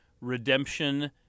redemption